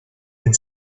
and